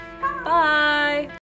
Bye